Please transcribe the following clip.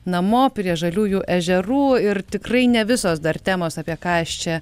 namo prie žaliųjų ežerų ir tikrai ne visos dar temos apie ką aš čia